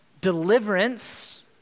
Deliverance